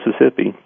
Mississippi